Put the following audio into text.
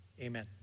amen